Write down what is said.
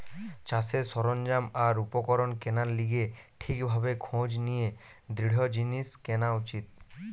চাষের সরঞ্জাম আর উপকরণ কেনার লিগে ঠিক ভাবে খোঁজ নিয়ে দৃঢ় জিনিস কেনা উচিত